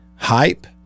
Hype